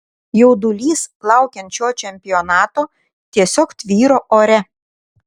jaudulys laukiant šio čempionato tiesiog tvyro ore